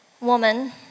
woman